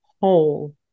whole